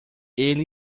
ele